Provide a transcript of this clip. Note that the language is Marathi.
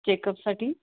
चेकअप साठी